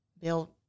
built